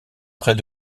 près